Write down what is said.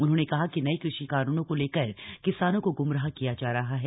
उन्होंने कहा कि नये कृषि कानूनों को लेकर किसानों को ग्मराह किया जा रहा है